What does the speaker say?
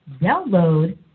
download